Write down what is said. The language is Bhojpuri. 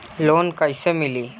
लोन कइसे मिली?